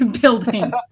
building